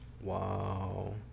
Wow